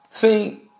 See